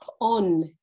on